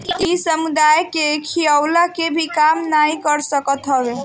इ समुदाय के खियवला के भी काम नाइ कर सकत हवे